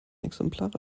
exemplare